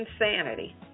insanity